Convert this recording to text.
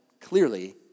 clearly